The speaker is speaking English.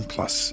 Plus